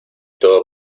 todo